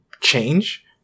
change